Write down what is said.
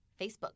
Facebook